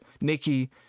nikki